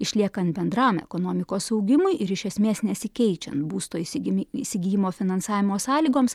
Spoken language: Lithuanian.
išliekant bendram ekonomikos augimui ir iš esmės nesikeičiant būsto išsigimi įsigijimo finansavimo sąlygoms